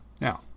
Now